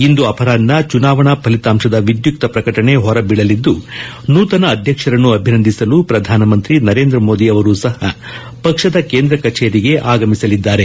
ಇಂದು ಅಪರಾಹ್ನ ಚುನಾವಣಾ ಫಲಿತಾಂಶದ ವಿದ್ಯುಕ್ತ ಪ್ರಕಟಣೆ ಹೊರಬೀಳಲಿದ್ದು ನೂತನ ಅಧ್ಯಕ್ಷರನ್ನು ಅಭಿನಂದಿಸಲು ಪ್ರಧಾನಮಂತ್ರಿ ನರೇಂದ್ರ ಮೋದಿ ಅವರು ಸಹ ಪಕ್ಷದ ಕೇಂದ್ರ ಕಚೇರಿಗೆ ಆಗಮಿಸಲಿದ್ದಾರೆ